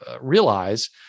realize